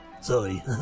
sorry